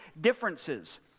differences